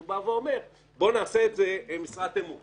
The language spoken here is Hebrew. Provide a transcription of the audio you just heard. הוא בא ואומר: בוא נעשה את זה משרת אמון.